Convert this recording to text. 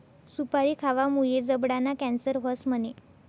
सुपारी खावामुये जबडाना कॅन्सर व्हस म्हणे?